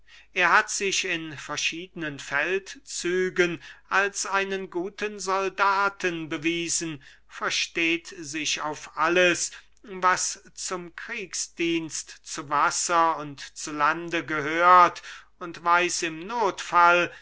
er hat sich in verschiedenen feldzügen als einen guten soldaten bewiesen versteht sich auf alles was zum kriegsdienst zu wasser und zu lande gehört und weiß im nothfall